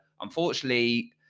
unfortunately